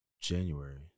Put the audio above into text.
January